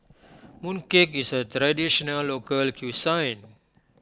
Mooncake is a Traditional Local Cuisine